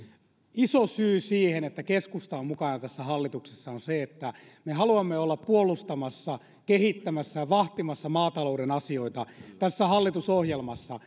iso syy siihen että keskusta on mukana tässä hallituksessa on se että me haluamme olla puolustamassa kehittämässä ja vahtimassa maatalouden asioita tässä hallitusohjelmassa